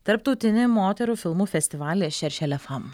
tarptautinį moterų filmų festivalį šeršėliafam